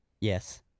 Yes